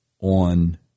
on